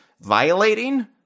violating